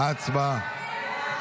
הצבעה.